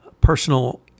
personal